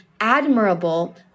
admirable